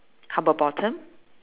how about bottom